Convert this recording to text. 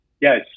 yes